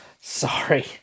Sorry